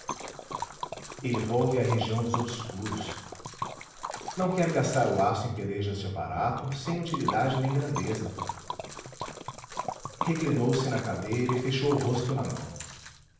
ele volve à região dos obscuros não quer gastar o aço em pelejas de aparato sem utilidade nem grandeza reclinou-se na cadeira e fechou o rosto na mão